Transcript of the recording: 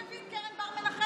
שהביא את קרן בר מנחם?